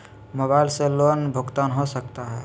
Mobile से loan भुगतान हो सकता है?